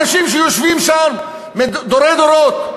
אנשים שיושבים שם דורי דורות,